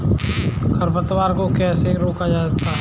खरपतवार को कैसे रोका जाए?